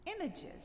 Images